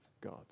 God